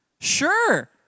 sure